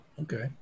Okay